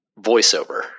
voiceover